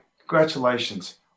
congratulations